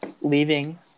leaving